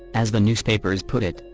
as the newspapers put it,